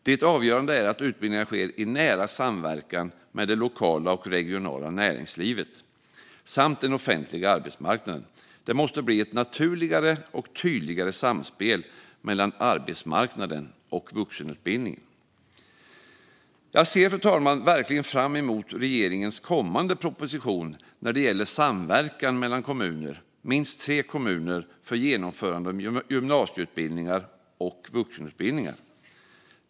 Det avgörande är att utbildningarna sker i nära samverkan med det lokala och regionala näringslivet och den offentliga arbetsmarknaden. Det måste bli ett naturligare och tydligare samspel mellan arbetsmarknaden och vuxenutbildningen. Fru talman! Jag ser verkligen fram emot regeringens kommande proposition när det gäller samverkan mellan flera kommuner - minst tre kommuner - för genomförande av gymnasieutbildningar och förhoppningsvis även vuxenutbildningar.